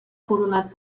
coronat